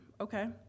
okay